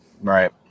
Right